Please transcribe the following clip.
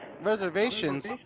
Reservations